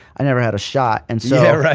i never had a shot, and so.